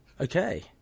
Okay